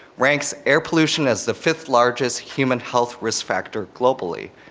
ranks air pollution as the fifth largest human health risk factor globally.